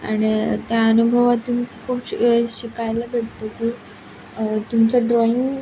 आण त्या अनुभवातून खूप श् शिकायला भेटतं की तुमचं ड्रॉईंग